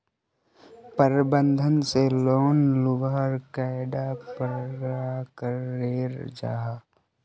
प्रबंधन से लोन लुबार कैडा प्रकारेर जाहा?